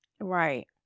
right